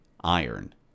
Iron